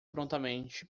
prontamente